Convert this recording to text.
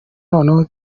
noneho